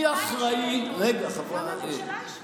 אני אחראי, גם לממשלה יש וטו.